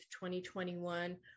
2021